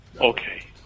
Okay